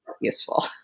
useful